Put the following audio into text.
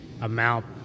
amount